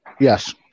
Yes